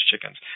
chickens